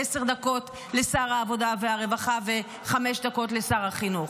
עשר דקות לשר העבודה והרווחה וחמש דקות לשר החינוך.